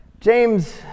James